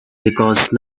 because